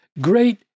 great